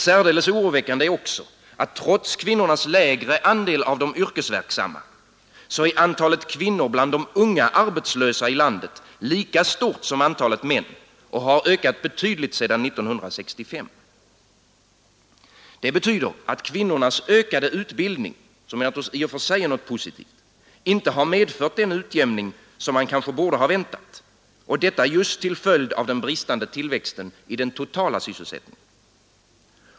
Särdeles oroväckande är också att trots kvinnornas lägre andel av de yrkesverksamma, är antalet kvinnor bland de unga arbetslösa i landet lika stort som antalet män, och har ökat betydligt sedan 1965. Det betyder att kvinnornas förbättrade utbildning, som naturligtvis i och för sig är någonting positivt, inte medfört den utjämning som man kanske borde ha väntat, och detta just till följd av den bristande tillväxten i den totala sysselsättningen.